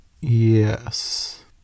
yes